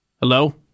Hello